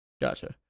Gotcha